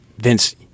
Vince